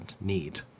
need